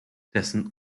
dessen